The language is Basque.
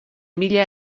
mila